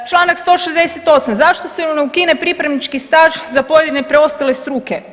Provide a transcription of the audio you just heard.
Čl. 168, zašto se ne ukine pripravnički staž za pojedine preostale struke?